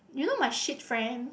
you know my shit friend